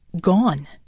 gone